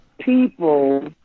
people